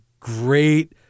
Great